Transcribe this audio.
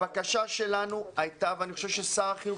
הבקשה שלנו הייתה ואני חושב ששר החינוך